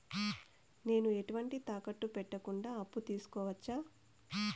నేను ఎటువంటి తాకట్టు పెట్టకుండా అప్పు తీసుకోవచ్చా?